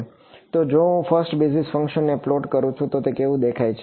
તો જો હું ફર્સ્ટ બેઝિસ ફંક્શનને પ્લોટ કરું તો તે કેવું દેખાય છે